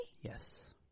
Yes